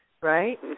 Right